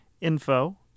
info